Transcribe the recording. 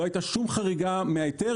לא הייתה שום חריגה מההיתר,